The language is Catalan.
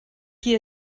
qui